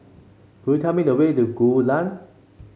could you tell me the way to Gul Lane